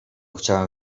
chciałem